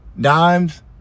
Dimes